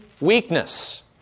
weakness